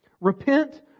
Repent